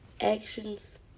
actions